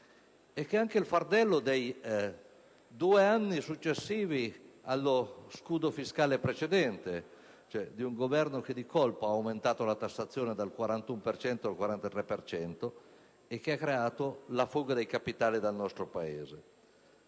anche il fardello dei due anni successivi allo scudo fiscale precedente, quello di un Governo che di colpo ha aumentato la tassazione dal 41 al 43 per cento e che ha creato la fuga dei capitali dal nostro Paese.